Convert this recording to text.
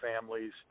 families